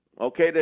Okay